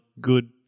good